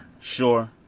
sure